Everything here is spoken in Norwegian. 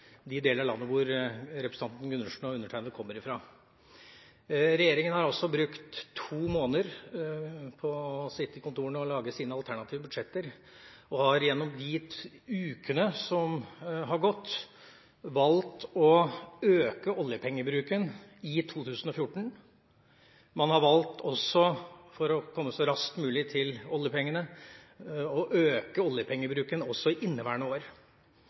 de delene av landet hvor representanten Gundersen og undertegnede kommer fra. Regjeringa har brukt to måneder på å sitte i kontorene og lage sine alternative budsjetter, og har gjennom de ukene som har gått, valgt å øke oljepengebruken i 2014. Man har også, for å komme så raskt som mulig til oljepengene, valgt å øke oljepengebruken også i inneværende år.